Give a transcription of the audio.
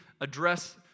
address